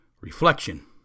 Reflection